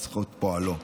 בזכות פועלו.